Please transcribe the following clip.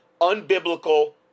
unbiblical